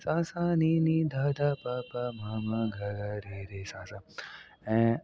सा सा नी नी ध ध प प म म ग ग रे रे सा सा ऐं